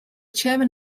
chairman